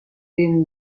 been